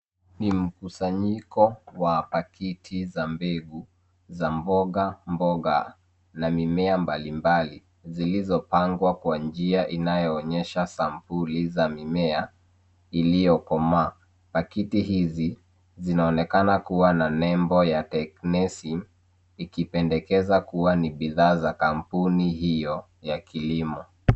Ni mkusanyiko wa pakiti za mbegu za mboga, mboga na mimea mbalimbali zilizopangwa kwa njia inayoonyesha sampuli za mimea iliyokomaa. Pakiti hizi zinaonekana kuwa na nembo ya Technisem ikipendekeza kuwa ni bidhaa za kampuni hiyo ya kilimo.